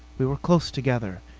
we were close together.